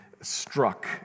struck